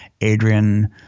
Adrian